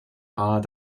are